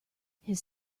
his